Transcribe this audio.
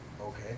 Okay